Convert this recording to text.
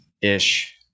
ish